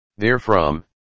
Therefrom